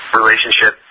relationship